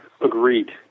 Agreed